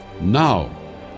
now